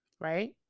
right